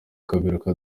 kaberuka